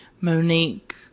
Monique